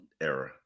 era